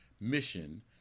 mission